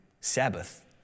Sabbath